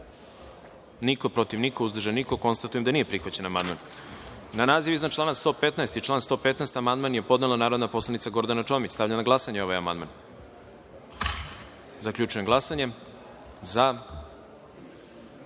niko, protiv – niko, uzdržan – niko. Konstatujem da nije prihvaćen amandman. Na naziv iznad člana 47. i član 47. amandman je podnela narodna poslanica Gordana Čomić. Stavljam na glasanje ovaj amandman. Zaključujem glasanje: za